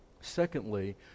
secondly